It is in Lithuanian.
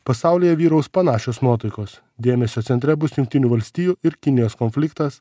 pasaulyje vyraus panašios nuotaikos dėmesio centre bus jungtinių valstijų ir kinijos konfliktas